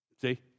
See